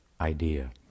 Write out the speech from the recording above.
idea